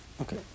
okay